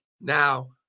now